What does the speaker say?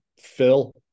Phil